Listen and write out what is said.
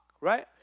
right